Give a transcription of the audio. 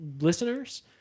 listeners